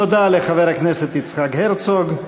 תודה לחבר הכנסת יצחק הרצוג.